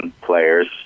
players